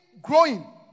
growing